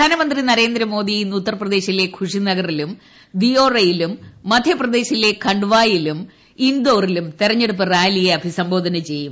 പ്രധാനമന്ത്രി ്യന്റെന്ദ്രമോദി ഇന്ന് ഉത്തർപ്രദേശിലെ ഖുഷിനഗറിലും ദിയോക്യില്ലും മധ്യപ്രദേശിലെ ഖണ്ഡ്വായിലും ഇൻഡോറിലും തെരഞ്ഞെടുപ്പ് റാലിയെ അഭിസംബോധന ചെയ്യും